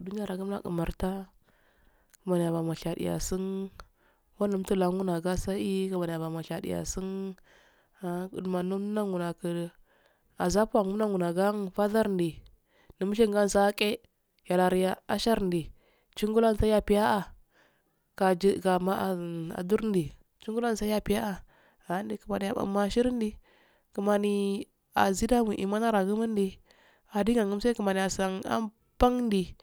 Dugargunnadimartan kimaniyamongu shadiyasin umtulagunlagasi kimaniyanmanguma shadiyasin ahh gudumanin, nunguninzafa nungina gur fazarde dumshingasu aqe. eranya asharnde chungucan yape ya'a gaje gama'an adurnde chungulanyapaya'a a'ade kimanibe ashinde, kimaniyi, azidomo imanaragumade degan adagangumasu kimaniya, asan anbandi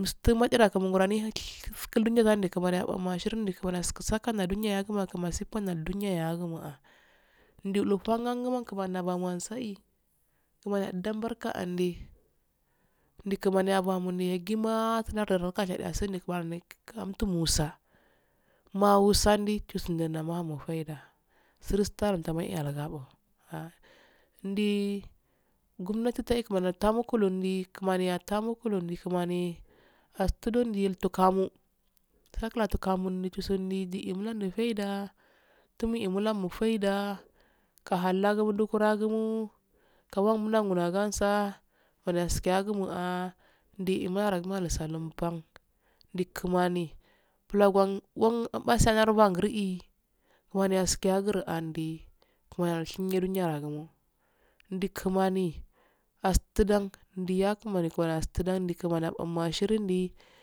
ustama'ira kimaguronishefulkulyengadi kimaniya, ya fungmo, kimanasi, kinaniya ardeanbarka'andi ndi kimaniya yabungi yagimaasulardu. kashadiya sundi kimaniya yabungi yagimaasulardidu kashidiya sundi kimaniyatukamusa mawusandi gusendinda mabamo faida, sirsatidowa ma'iyalu gan'o haa ndi, gunmatido'e laimaniya tumo kulundii, kimaniya di'ulamofaidu tuimunamo faida tumui muhamofaida kahalgudu dumukurangumu kamagulsagumsaa, kimaniya yagumoa ndi'igimaro mulsalmumba ndi kimanit bulaguwan gun basiyagunbanganyai kimaniyaskiyagunandi kimaniyashinga nyingariagun ndi kimani astudan ndi yakiman kimani astudan ndi yakimani kimaniya astudan ndi ya kamani kimani astudan kimani abungumo ashrgundi kimaniya abakumusa.